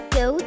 go